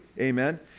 Amen